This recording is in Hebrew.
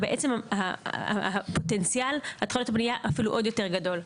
ובעצם פוטנציאל התחלות הבנייה אפילו עוד יותר גדול.